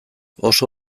oso